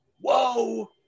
Whoa